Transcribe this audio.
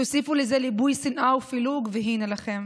תוסיפו לזה ליבוי שנאה ופילוג, והינה לכם.